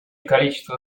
количество